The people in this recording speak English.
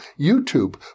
YouTube